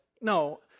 no